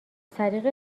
طریق